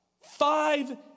Five